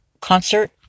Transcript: concert